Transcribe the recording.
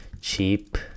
cheap